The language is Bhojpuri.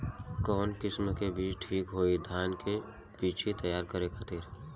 कवन किस्म के बीज ठीक होई धान के बिछी तैयार करे खातिर?